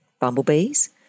bumblebees